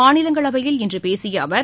மாநிலங்களவையில் இன்று பேசிய அவர்